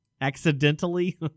accidentally